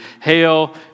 hail